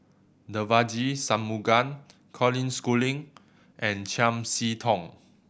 Devagi Sanmugam Colin Schooling and Chiam See Tong